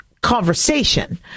conversation